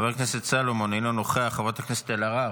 חבר הכנסת סולומון, אינו נוכח, חברת הכנסת אלהרר,